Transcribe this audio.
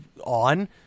on